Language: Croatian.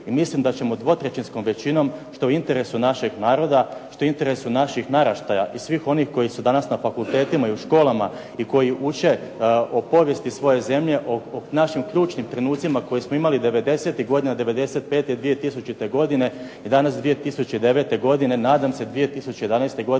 I mislim da ćemo 2/3 većinom što je i u interesu našeg naroda, što je u interesu naših naraštaja i svih onih koji su danas na fakultetima i u školama i koji uče o povijesti svoje zemlje, o našim ključnim trenucima koje smo imali devedesetih godina, '95. i 2000. godine i danas 2009., nadam se 2011. godine